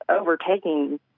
overtaking